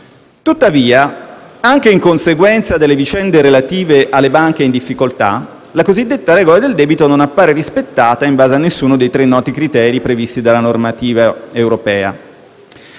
Tuttavia, anche in conseguenza delle vicende relative alle banche in difficoltà, la cosiddetta "regola del debito" non appare rispettata in base a nessuno dei tre noti criteri previsti dalla normativa europea.